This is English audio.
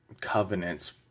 covenants